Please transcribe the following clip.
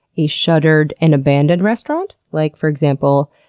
a shuttered and abandoned restaurant, like for example,